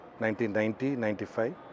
1990-95